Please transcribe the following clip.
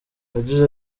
yagize